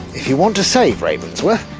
if you want to save ravensworth,